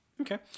okay